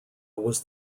was